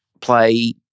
play